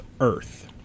Earth